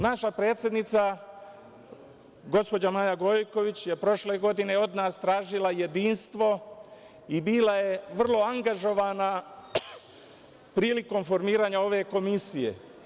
Naša predsednica gospođa Maja Gojković je prošle godine od nas tražila jedinstvo i bila je vrlo angažovana prilikom formiranja ove komisije.